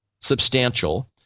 substantial